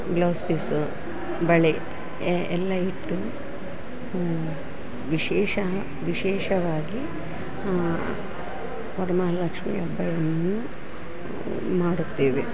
blouse piece ಬಳೆ ಎಲ್ಲ ಇಟ್ಟು ವಿಶೇಷ ವಿಶೇಷವಾಗಿ ವರಮಹಾಲಕ್ಷ್ಮಿ ಹಬ್ಬವನ್ನು ಮಾಡುತ್ತೇವೆ